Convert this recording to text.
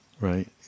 right